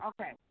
Okay